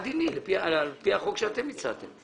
מה דיני על פי החוק שאתם הצעתם?